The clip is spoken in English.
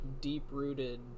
deep-rooted